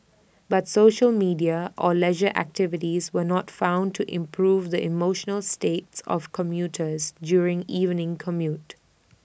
but social media or leisure activities were not found to improve the emotional states of commuters during evening commute